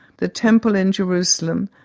the temple in jerusalem,